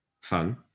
Fun